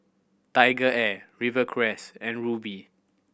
TigerAir Rivercrest and Rubi